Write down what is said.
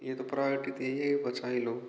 ये तो प्रायोरिटी की है ये बचा ही लो